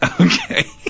Okay